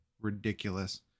ridiculous